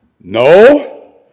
No